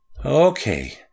Okay